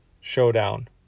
showdown